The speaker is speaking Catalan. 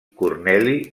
corneli